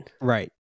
right